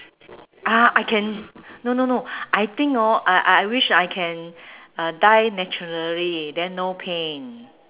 ah I can no no no I think orh I I wish I can uh die naturally then no pain